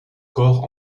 corps